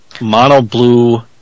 mono-blue